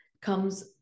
comes